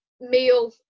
meal